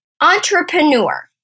entrepreneur